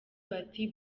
bati